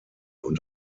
und